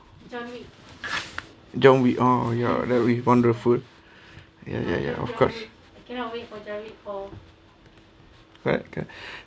john wick orh ya that was wonderful ya ya ya of course